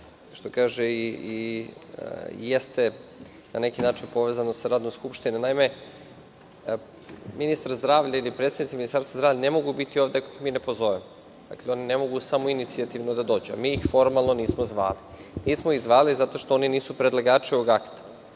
što to ipak jeste na neki način povezano sa radom Skupštine. Naime, ministar zdravlja ili predstavnici Ministarstva zdravlja ne mogu biti ovde ako ih mi ne pozovemo. Dakle, oni ne mogu samoinicijativno da dođu, a mi ih formalno nismo zvali. Nismo ih zvali zato što oni nisu predlagači ovog akta.